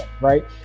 right